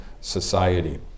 society